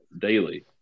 daily